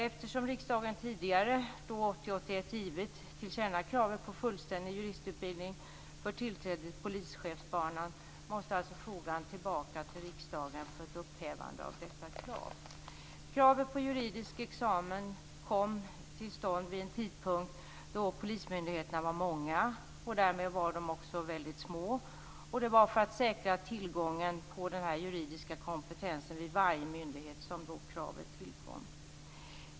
Eftersom riksdagen tidigare, 1980-81, givit tillkänna kravet på fullständig juristutbildning för tillträde till polischefsbanan måste frågan tillbaka till riksdagen för ett upphävande av detta krav. Kravet på juridisk examen kom till stånd vid en tidpunkt då polismyndigheterna var många. Därmed var de också små. Det var för att säkra tillgången på juridisk kompetens vid varje myndighet som kravet tillkom.